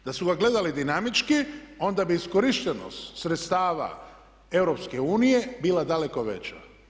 Da su ga gledali dinamički onda bi iskorištenost sredstava EU bila daleko veća.